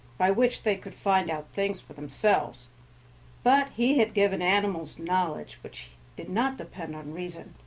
by which they could find out things for themselves but he had given animals knowledge which did not depend on reason,